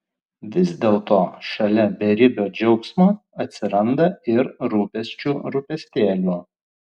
vis dėlto šalia beribio džiaugsmo atsiranda ir rūpesčių rūpestėlių